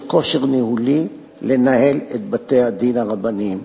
כושר ניהולי לנהל את בתי-הדין הרבניים.